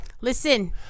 Listen